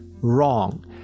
Wrong